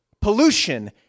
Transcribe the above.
pollution